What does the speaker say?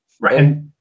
Right